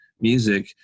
music